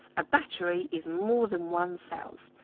a battery is more than one cells.